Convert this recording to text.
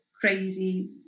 crazy